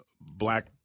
black